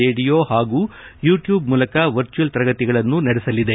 radio ಹಾಗೂ YouTube ಮೂಲಕ virtual ತರಗತಿಗಳನ್ನು ನಡೆಸಲಿದೆ